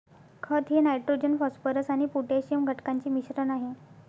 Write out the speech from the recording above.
खत हे nitrogen phosphorus आणि पोटॅशियम घटकांचे मिश्रण आहे